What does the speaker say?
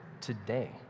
today